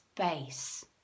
space